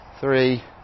three